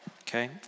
Okay